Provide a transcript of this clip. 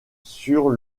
sur